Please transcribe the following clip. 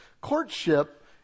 Courtship